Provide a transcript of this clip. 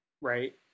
Right